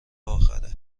آخره